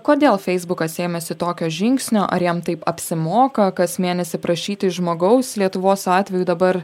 kodėl feisbukas ėmėsi tokio žingsnio ar jam taip apsimoka kas mėnesį prašyti iš žmogaus lietuvos atveju dabar